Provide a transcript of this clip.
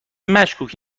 مشکوک